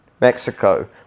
Mexico